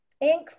ink